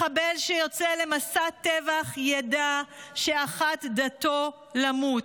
מחבל שיוצא למסע טבח ידע שאחת דתו למות.